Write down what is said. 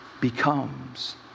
becomes